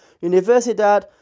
Universidad